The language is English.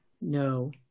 No